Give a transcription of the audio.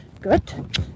Good